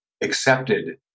accepted